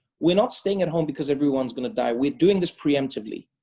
we're not staying at home because everyone's gonna die. we're doing this preemptively.